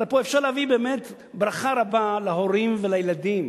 הרי פה אפשר להביא באמת ברכה רבה להורים ולילדים.